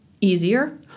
easier